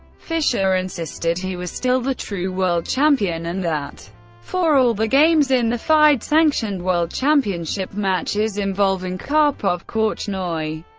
fischer insisted he was still the true world champion, and that for all the games in the fide-sanctioned world championship matches, involving karpov, korchnoi,